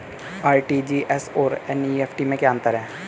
RTGS और NEFT में क्या अंतर है?